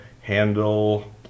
handle